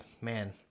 man